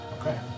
Okay